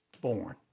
Born